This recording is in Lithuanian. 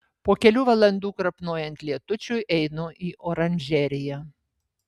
po kelių valandų krapnojant lietučiui einu į oranžeriją